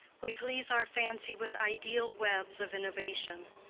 we please our fancy with ideal webs of innovation,